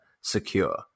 secure